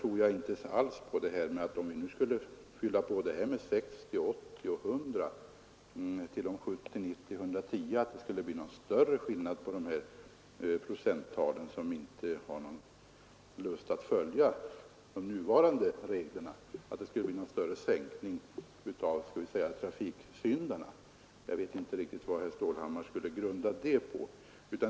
Om vi skulle fylla på med 60, 80 och 100 km/tim, så tror jag inte alls det skulle medföra någon större skillnad i procenttalen när det gäller trafikanter som inte har lust att följa reglerna. Jag vet inte vad herr Stålhammar grundar sin uppfattning på när han tror att trafiksyndarna därmed skulle minska i antal.